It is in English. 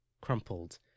crumpled